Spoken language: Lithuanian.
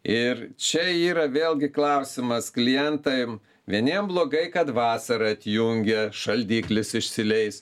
ir čia yra vėlgi klausimas klientam vieniem blogai kad vasarą atjungia šaldiklis išsileis